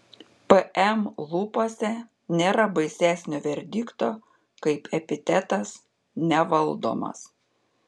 pm lūpose nėra baisesnio verdikto kaip epitetas nevaldomas